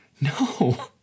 No